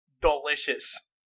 delicious